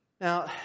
Now